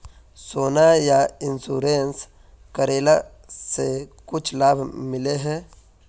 सोना यह इंश्योरेंस करेला से कुछ लाभ मिले है?